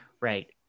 Right